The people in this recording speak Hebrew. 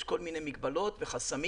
יש כל מיני מגבלות וחסמים,